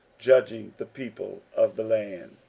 judging the people of the land.